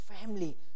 family